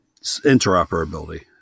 interoperability